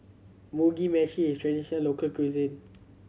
Mugi Meshi is traditional local cuisine